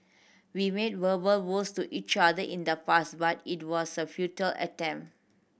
we made verbal vows to each other in the past but it was a futile attempt